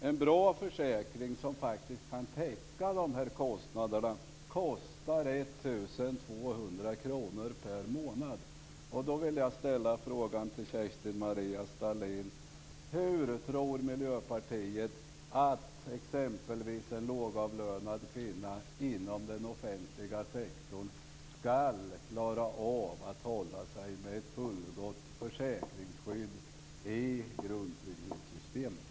En bra försäkring som kan täcka dessa kostnader kostar Kerstin-Maria Stalin: Hur tror Miljöpartiet att exempelvis en lågavlönad kvinna inom den offentliga sektorn skall kunna klara av att hålla sig med ett fullgott försäkringsskydd i grundtrygghetssystemet?